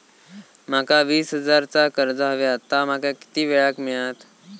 माका वीस हजार चा कर्ज हव्या ता माका किती वेळा क मिळात?